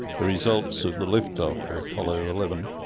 the results of the lift-off of apollo eleven,